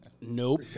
Nope